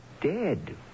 dead